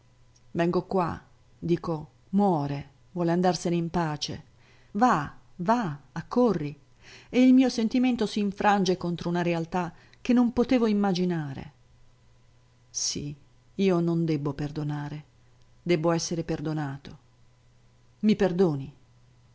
vengo qua dico muore vuole andarsene in pace va va accorri e il mio sentimento s'infrange contro una realtà che non potevo immaginare sì io non debbo perdonare debbo essere perdonato i perdoni